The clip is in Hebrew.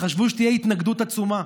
חשבו שתהיה התנגדות עצומה,